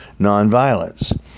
nonviolence